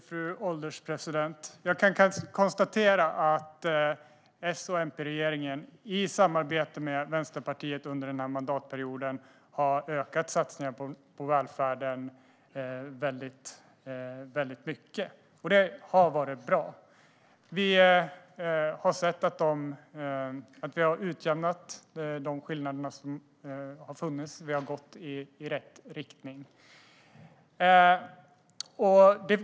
Fru ålderspresident! Jag kan konstatera att S och MP-regeringen i samarbete med Vänsterpartiet under den här mandatperioden har ökat satsningarna på välfärden väldigt mycket, och det har varit bra. Vi har utjämnat de skillnader som funnits. Vi har gått i rätt riktning.